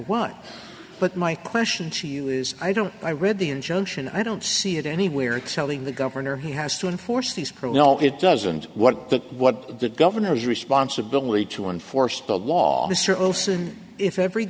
what but my question to you is i don't i read the injunction i don't see it anywhere except being the governor who has to enforce these pro no it doesn't what the what the governor's responsibility to enforce the law mr olson if every